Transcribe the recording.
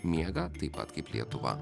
miega taip pat kaip lietuva